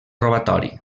robatori